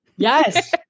Yes